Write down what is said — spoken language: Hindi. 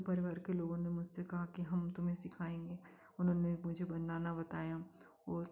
तो भर भरकर लोगों ने मुझसे कहा कि हम तुम्हें सिखाएँगे उन्होंने मुझे बनाना बताया और